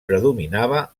predominava